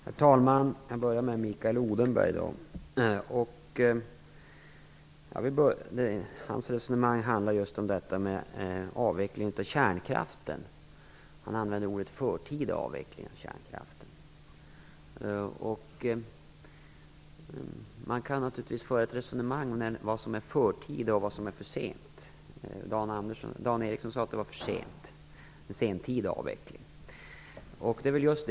Herr talman! Jag börjar med att vända mig till Mikael Odenberg. Hans resonemang handlade om avveckling av kärnkraften. Han använde uttrycket "förtida" avveckling. Man kan naturligtvis föra ett resonemang om vad som är förtida och vad som är för sent. Dan Ericsson sade att det var för sent, att det var fråga om en "sentida" avveckling.